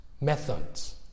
methods